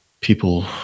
People